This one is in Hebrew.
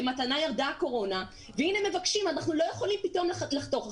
כמתנה ירדה הקורונה והנה מבקשים ואומרים שלא יכולים לחתוך.